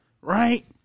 right